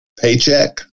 paycheck